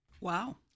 Wow